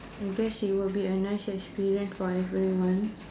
I guess it will be a nice experience for everyone